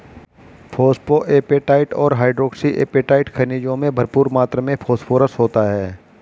phosphoapatite और hydroxy apatite खनिजों में भरपूर मात्र में फोस्फोरस होता है